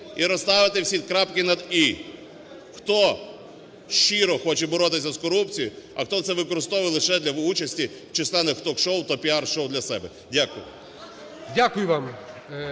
і розставити всі крапки над "і", хто щиро хоче боротися з корупцією, а хто це використовує лише для участі в численних ток-шоу та піар-шоу для себе. Дякую. ГОЛОВУЮЧИЙ.